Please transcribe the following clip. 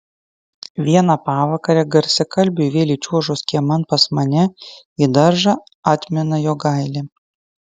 vieną pavakarę garsiakalbiui vėl įčiuožus kieman pas mane į daržą atmina jogailė